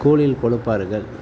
ஸ்கூலில் கொடுப்பார்கள்